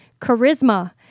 charisma